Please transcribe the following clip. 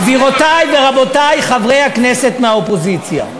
גבירותי ורבותי חברי הכנסת מהאופוזיציה,